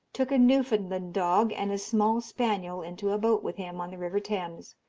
took a newfoundland dog and a small spaniel into a boat with him on the river thames,